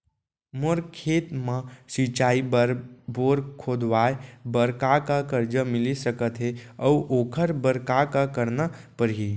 मोर खेत म सिंचाई बर बोर खोदवाये बर का का करजा मिलिस सकत हे अऊ ओखर बर का का करना परही?